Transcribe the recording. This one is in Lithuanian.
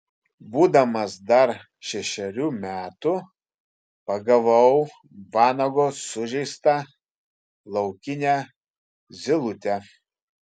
būdamas dar šešerių metų pagavau vanago sužeistą laukinę zylutę